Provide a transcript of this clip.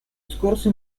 scorse